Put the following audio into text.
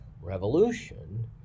revolution